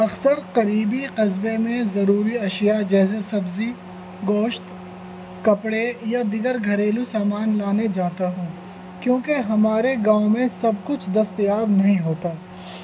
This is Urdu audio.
اکثر قریبی قصبے میں ضروری اشیاء جیسے سبزی گوشت کپڑے یا دیگر گھریلو سامان لانے جاتا ہوں کیونکہ ہمارے گاؤں میں سب کچھ دستیاب نہیں ہوتا